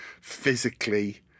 physically